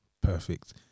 Perfect